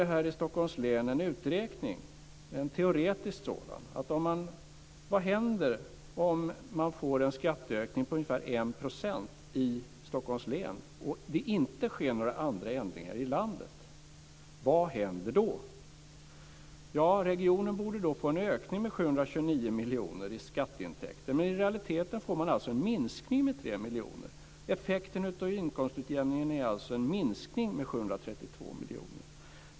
I Stockholms län har vi gjort en teoretisk uträkning. Vad händer om man får en skatteökning på ungefär 1 % i Stockholms län och det inte sker några andra ändringar i landet? Vad händer då? Ja, regionen borde då få en ökning med 729 miljoner kronor i skatteintäkter men i realiteten får man en minskning med 3 miljoner kronor. Effekten av inkomstutjämningen är således en minskning med 732 miljoner kronor.